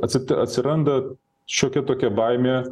atseit atsiranda šiokia tokia baimė